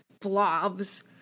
blobs